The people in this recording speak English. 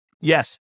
Yes